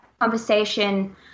conversation